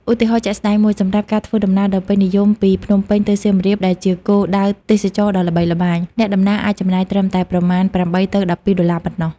ឧទាហរណ៍ជាក់ស្តែងមួយ សម្រាប់ការធ្វើដំណើរដ៏ពេញនិយមពី ភ្នំពេញទៅសៀមរាប ដែលជាគោលដៅទេសចរណ៍ដ៏ល្បីល្បាញ អ្នកដំណើរអាចចំណាយត្រឹមតែប្រមាណ ៨ទៅ១២ ដុល្លារប៉ុណ្ណោះ។